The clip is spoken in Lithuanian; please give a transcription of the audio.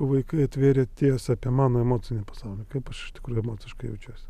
vaikai atvėrė tiesą apie mano emocinį pasaulį kaip aš iš tikrųjų emociškai jaučiuosi